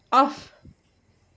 of